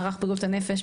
מערך בריאות הנפש,